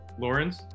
Lawrence